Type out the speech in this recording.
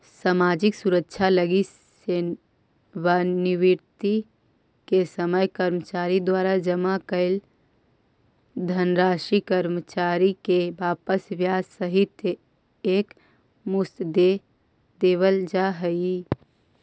सामाजिक सुरक्षा लगी सेवानिवृत्ति के समय कर्मचारी द्वारा जमा कैल धनराशि कर्मचारी के वापस ब्याज सहित एक मुश्त दे देवल जाहई